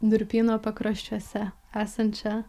durpyno pakraščiuose esančią